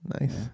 Nice